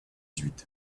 huit